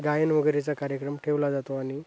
गायन वगैरेचा कार्यक्रम ठेवला जातो आणि